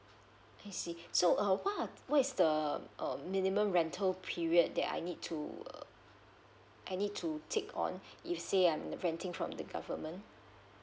I see so uh what are what is the um minimum rental period that I need to uh I need to take on you say I'm renting from the government